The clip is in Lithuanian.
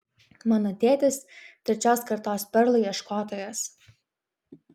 mano tėtis trečios kartos perlų ieškotojas